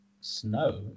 snow